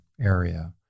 area